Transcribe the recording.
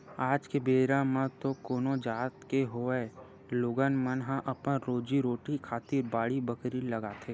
आज के बेरा म तो कोनो जात के होवय लोगन मन ह अपन रोजी रोटी खातिर बाड़ी बखरी लगाथे